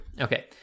okay